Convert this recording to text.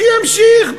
שימשיך,